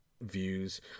views